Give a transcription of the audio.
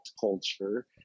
culture